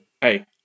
Hey